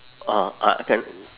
uh I can